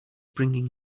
bringing